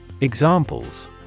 Examples